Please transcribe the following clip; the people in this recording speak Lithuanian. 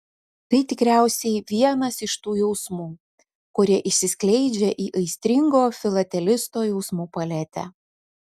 tai tikriausiai vienas iš tų jausmų kurie išsiskleidžia į aistringo filatelisto jausmų paletę